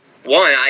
One